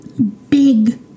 big